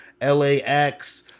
LAX